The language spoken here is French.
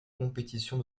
compétition